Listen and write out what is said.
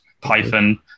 Python